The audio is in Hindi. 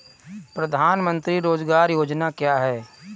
प्रधानमंत्री रोज़गार योजना क्या है?